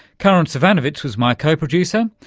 karin zsivanovits was my co-producer.